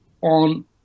on